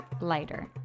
lighter